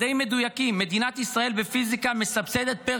מדעים מדויקים: בפיזיקה מדינת ישראל מסבסדת פר